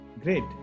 Great